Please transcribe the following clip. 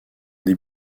des